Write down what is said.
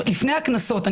לפני הקנסות,